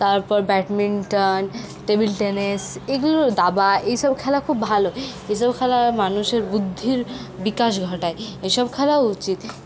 তারপর badminton table tennis এগুলো দাবা এইসব খেলা খুব ভালো এইসব খেলা মানুষের বুদ্ধির বিকাশ ঘটায় এইসব খেলাও উচিত